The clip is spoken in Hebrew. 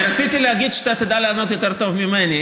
אני רציתי להגיד שאתה תדע לענות יותר טוב ממני.